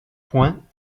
points